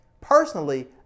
personally